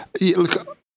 look